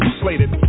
slated